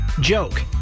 joke